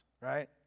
right